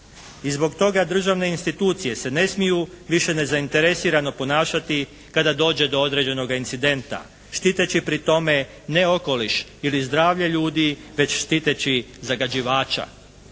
I zbog toga državne institucije se ne smiju više nezainteresirano ponašati kada dođe do određenoga incidenta štiteći pri tome ne okoliš ili zdravlje ljudi već štiteći zagađivača.